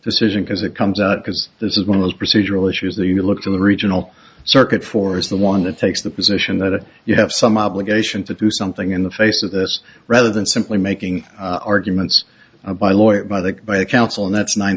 decision as it comes out because this is one of those procedural issues that you look to the regional circuit for is the one that takes the position that you have some obligation to do something in the face of this rather than simply making arguments by lawyers by the by counsel and that's ni